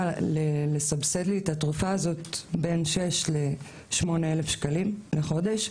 לסבסד לי את התרופה הזאת בין 6,000 ל-8,000 שקלים לחודש.